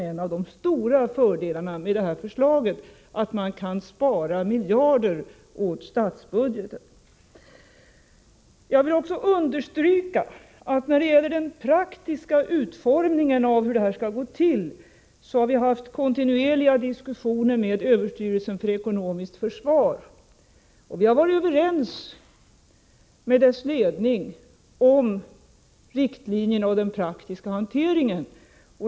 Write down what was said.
En av de stora fördelarna med detta förslag är att vi kan spara miljarder åt statsbudgeten. Jag vill även understryka att vi, när det gäller den praktiska utformningen av hur detta skall gå till, har haft kontinuerliga diskussioner med överstyrelsen för ekonomiskt försvar. Vi har varit överens med dess ledning om riktlinjerna och den praktiska hanteringen.